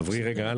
שימו לב,